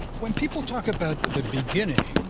when people talk about the beginning,